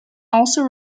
also